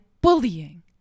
bullying